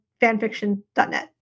fanfiction.net